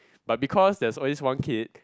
but because there is only one kid